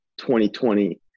2020